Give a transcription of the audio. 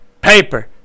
Paper